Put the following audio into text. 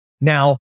Now